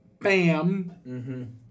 Bam